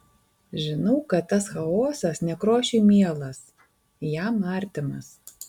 žinau kad tas chaosas nekrošiui mielas jam artimas